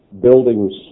buildings